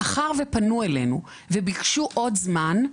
מאחר ופנו אלינו וביקשו עוד זמן,